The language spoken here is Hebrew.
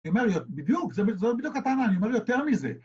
‫אתה אומר לי, בדיוק? ‫זו בדיוק הטענה, ‫אני אומר לי, יותר מזה.